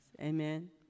amen